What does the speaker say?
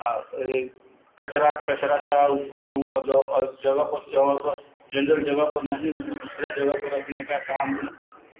आओर कचराके जगहपर जनरल जगहपर नहीं उसको दूसरी जगहपर रखने का काम भी